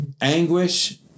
anguish